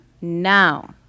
Now